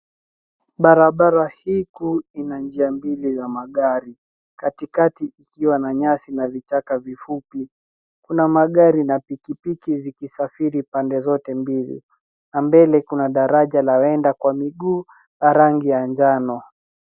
Barabara hii kuu ina njia mbili ya magari. Katikati ikiwa na nyasi na vichaka vifupi. Kuna magari na pikipiki zikisafiri pande zote mbili, na mbele kuna daraja la wenda kwa miguu, ya rangi ya njano.